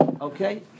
Okay